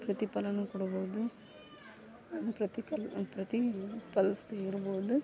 ಪ್ರತಿಫಲವೂ ಕೊಡ್ಬೋದು ಪ್ರತಿ ಕಲ್ಲು ಪ್ರತಿ ಫಲಿಸ್ದೆ ಇರ್ಬೋದು